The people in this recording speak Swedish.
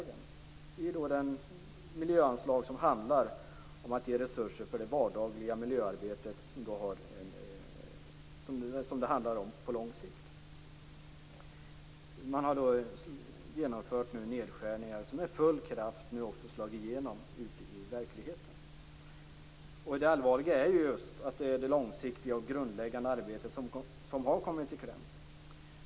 Det gäller det miljöanslag som handlar om att ge resurser till det vardagliga miljöarbetet på lång sikt. Det har genomförts nedskärningar som har slagit igenom med full kraft i verkligheten. Det allvarliga är ju att det är det långsiktiga och grundläggande arbetet som har kommit i kläm.